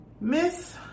Miss